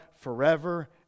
forever